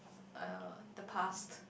err the past